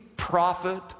prophet